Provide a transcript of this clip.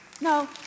No